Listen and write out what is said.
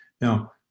Now